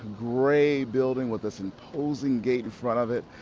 gray building with this imposing gate in front of it.